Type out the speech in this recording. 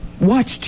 watched